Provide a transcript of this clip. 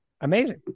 Amazing